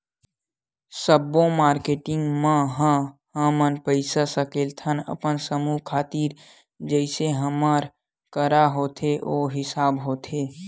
सब्बो मारकेटिंग मन ह हमन पइसा सकेलथन अपन समूह खातिर जइसे हमर करा होथे ओ हिसाब होथे